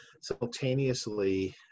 simultaneously